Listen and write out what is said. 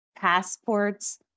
passports